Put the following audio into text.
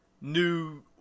new